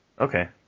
Okay